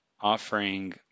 offering